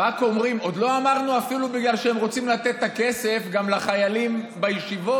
עוד לא אמרנו אפילו בגלל שהם רוצים לתת את הכסף גם לחיילים בישיבות,